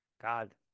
God